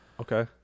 Okay